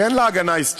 כי אין לה הגנה היסטורית.